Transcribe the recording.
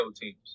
teams